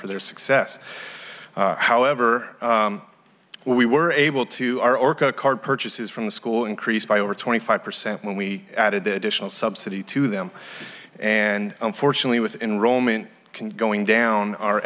for their success however we were able to our orca card purchases from the school increased by over twenty five percent when we added the additional subsidy to them and unfortunately with enrollment can going down o